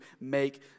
make